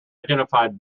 identified